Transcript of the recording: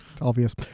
obvious